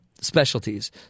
specialties